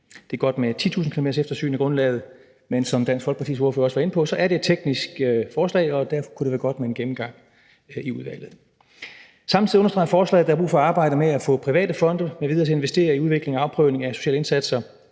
Det er godt med et 10.000-kilometerseftersyn af grundlaget, men som Dansk Folkepartis ordfører også var inde på, er det et teknisk forslag, og derfor kunne det være godt med en gennemgang i udvalget. Samtidig understreger lovforslaget, at der er brug for at arbejde med at få private fonde m.v. til at investere i udvikling og afprøvning af sociale indsatser;